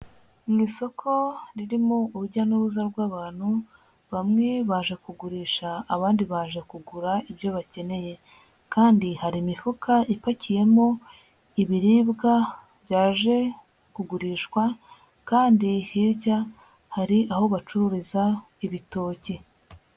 Mu isoko ririmo urujya n'uruza rw'abantu, bamwe baje kugurisha, abandi baje kugura ibyo bakeneye kandi hari imifuka ipakiyemo ibiribwa byaje kugurishwa kandi hirya hari aho bacururiza ibitoki.